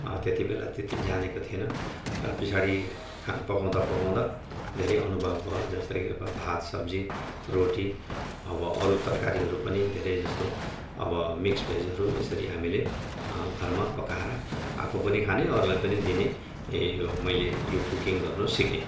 त्यतिबेला त्यति जानेको थिइनँ र पिछाडि खाना पकाउँदा पकाउँदा धेरै अनुभव भयो जस्तै कि अब भात सब्जी रोटी अब अरू तरकारीहरू पनि धेरै जस्तो अब मिक्स भेजहरू यसरी हामीले घरमा पकाएर आफू पनि खाने अरूलाई पनि दिने यही हो मैले यो कुकिङ गर्न सिकेँ